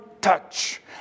touch